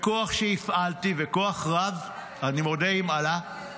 בכוח שהפעלתי וכוח רב, אני מודה, עם אלה,